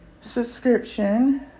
subscription